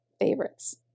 favorites